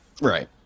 Right